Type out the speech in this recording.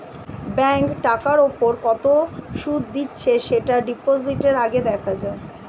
bank টাকার উপর কত সুদ দিচ্ছে সেটা ডিপোজিটের আগে দেখা যায়